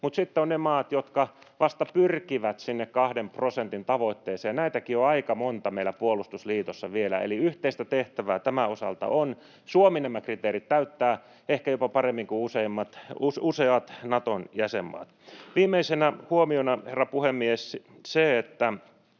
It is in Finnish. mutta sitten on ne maat, jotka vasta pyrkivät sinne kahden prosentin tavoitteeseen. Näitäkin on aika monta meillä puolustusliitossa vielä, eli yhteistä tehtävää tämän osalta on. Suomi nämä kriteerit täyttää ehkä jopa paremmin kuin useat Naton jäsenmaat. Viimeisenä huomiona, herra puhemies, se, että